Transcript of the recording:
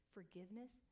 Forgiveness